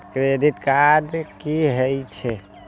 Credit card की हे छे?